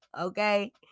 okay